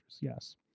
yes